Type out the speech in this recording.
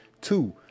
Two